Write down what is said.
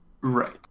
right